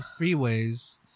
freeways